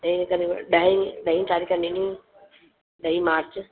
तंहिं करे ॾह ॾह तारीख़ ॾिनी ॾह मार्च